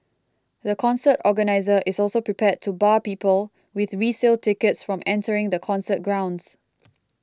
the concert organiser is also prepared to bar people with resale tickets from entering the concert grounds